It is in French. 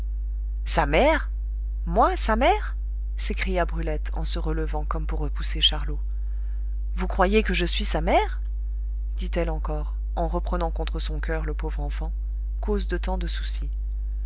sa mère moi sa mère s'écria brulette en se relevant comme pour repousser charlot vous croyez que je suis sa mère dit-elle encore en reprenant contre son coeur le pauvre enfant cause de tant de soucis